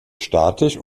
statisch